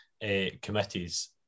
committees